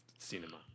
cinema